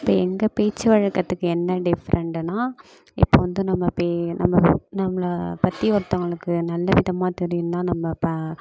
இப்போ எங்கள் பேச்சு வழக்கத்துக்கு என்ன டிஃப்ரெண்ட்டுன்னா இப்போ வந்து நம்ம பே நம்ம நம்மளை பற்றி ஒருத்தவங்களுக்கு நல்ல விதமாக தெரியுன்னா நம்ப ப